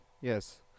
Yes